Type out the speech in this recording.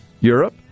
Europe